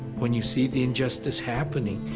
when you see the injustice happening,